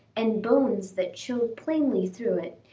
and bones that showed plainly through it,